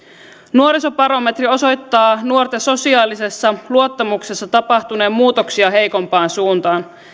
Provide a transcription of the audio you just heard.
nuorisobarometri osoittaa nuorten sosiaalisessa luottamuksessa tapahtuneen muutoksia heikompaan suuntaan